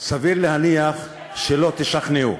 סביר להניח שלא תשכנעו.